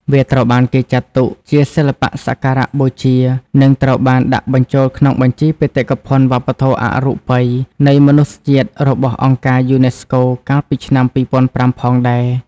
វាត្រូវបានគេចាត់ទុកជាសិល្បៈសក្ការៈបូជា និងត្រូវបានដាក់បញ្ចូលក្នុង បញ្ជីបេតិកភណ្ឌវប្បធម៌អរូបីនៃមនុស្សជាតិរបស់អង្គការយូណេស្កូកាលពីឆ្នាំ ២០០៥ ផងដែរ ។